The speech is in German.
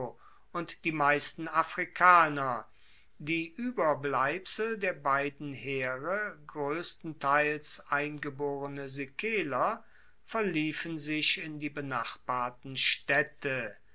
und die meisten afrikaner die ueberbleibsel der beiden heere groesstenteils eingeborene sikeler verliefen sich in die benachbarten staedte